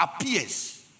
appears